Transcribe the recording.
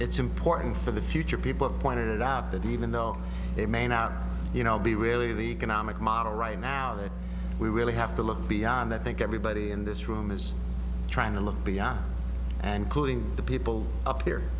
it's important for the future people pointed out that even though they may not you know be really the economic model right now that we really have to look beyond that i think everybody in this room is trying to look beyond and calling the people up here